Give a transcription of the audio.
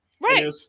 right